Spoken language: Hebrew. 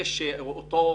זה שאותו